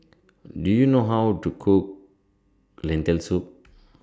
Do YOU know How to Cook Lentil Soup